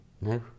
no